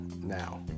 Now